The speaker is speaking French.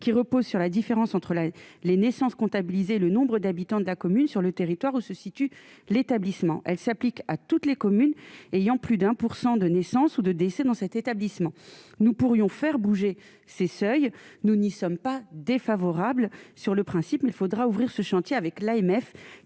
qui repose sur la différence entre la les naissances comptabiliser le nombre d'habitants de la commune sur le territoire où se situe l'établissement, elle s'applique à toutes les communes ayant plus d'1 % de naissance ou de décès dans cet établissement, nous pourrions faire bouger ces seuils nous n'y sommes pas défavorables sur le principe, mais il faudra ouvrir ce chantier avec l'AMF